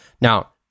Now